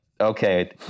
Okay